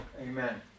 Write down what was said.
Amen